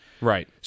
Right